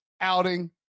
outing